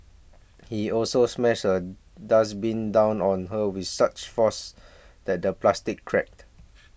he also smashed a dustbin down on her with such force that the plastic cracked